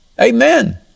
Amen